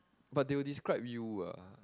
but they will describe you what